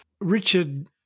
Richard